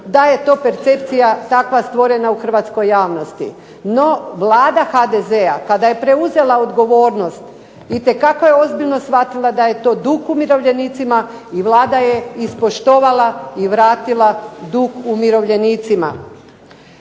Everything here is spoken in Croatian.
da je to percepcija takva stvorena u hrvatskoj javnosti. No, vlada HDZ-a kada je preuzela odgovornost itekako je ozbiljno shvatila da je to dug umirovljenicima, i Vlada je ispoštovala i vratila dug umirovljenicima.